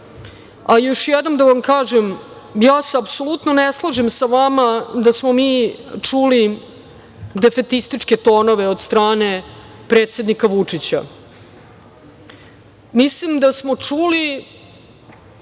plan. Još jednom da vam kažem, ja se apsolutno ne slažem sa vama da smo mi čuli defetističke tonove od strane predsednika Vučića. Mislim da smo čuli